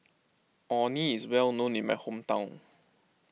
Orh Nee is well known in my hometown